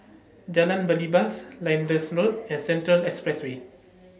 Jalan Belibas Lyndhurst Road and Central Expressway